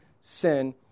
sin